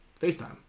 Facetime